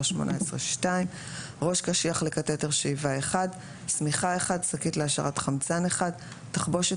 18 2 ראש קשיח לקטטר שאיבה 1 שמיכה 1 שקית להעשרת חמצן 1 תחבושת